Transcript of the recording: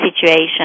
situation